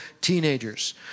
teenagers